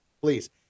please